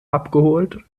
abgeholt